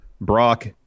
Brock